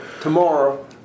tomorrow